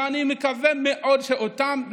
אני מקווה מאוד שאותם,